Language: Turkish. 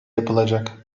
yapılacak